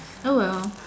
oh well